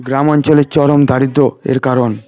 গ্রামাঞ্চলের চরম দারিদ্র্য এর কারণ